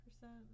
percent